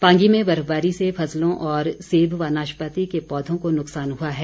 पांगी में बर्फबारी से फसलों और सेब व नाशपाती के पौधों को नुकसान हुआ है